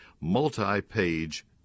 multi-page